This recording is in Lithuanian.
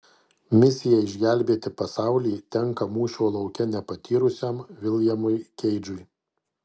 misija išgelbėti pasaulį tenka mūšio lauke nepatyrusiam viljamui keidžui